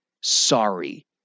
Sorry